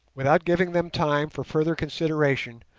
without giving them time for further consideration,